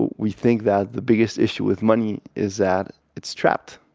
we think that the biggest issue with money is that it's trapped,